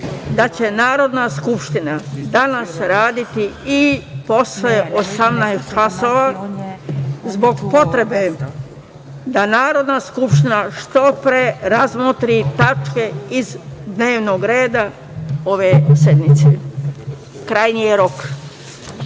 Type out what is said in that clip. da će Narodna skupština danas raditi i posle 18 časova zbog potreba da Narodna skupština što pre razmotri tačke iz dnevnog reda ove sednice. Krajnji je